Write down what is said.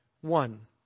One